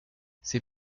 ses